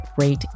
rate